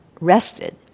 rested